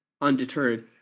Undeterred